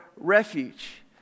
refuge